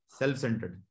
self-centered